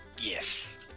yes